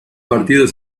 partidos